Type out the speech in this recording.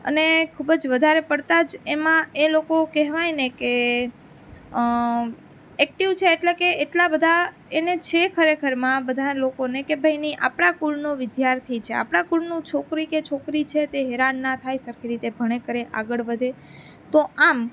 અને ખૂબ જ વધારે પડતા જ એમાં એ લોકો કહેવાયને કે એક્ટિવ છે એટલે કે એટલા બધા એને છે ખરેખરમાં બધા લોકોને ભાઈ નહીં આપણાં કુળનો વિદ્યાર્થી છે આપણા કુળનું છોકરી કે છોકરી છે તે હેરાન ના થાય સરખી રીતે ભણે કરે આગળ વધે તો આમ